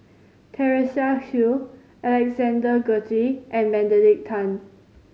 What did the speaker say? Teresa Hsu Alexander Guthrie and Benedict Tan